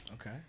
okay